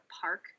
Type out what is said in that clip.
park